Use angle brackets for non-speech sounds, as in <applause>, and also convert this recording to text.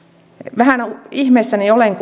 vähän ihmeissäni olen <unintelligible>